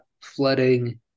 flooding